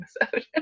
episode